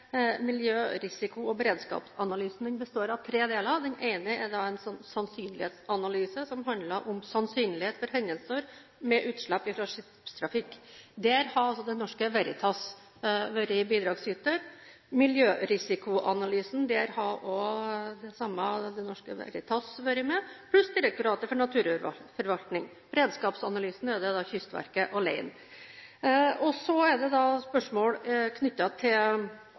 ene er en sannsynlighetsanalyse, som handler om sannsynlighet for hendelser med utslipp fra skipstrafikk. Der har Det Norske Veritas vært bidragsyter. Det er en miljørisikoanalyse, som også Det Norske Veritas har vært med på, pluss Direktoratet for naturforvaltning. Og det er en beredskapsanalyse, som Kystverket står for alene. Så er det spørsmål knyttet til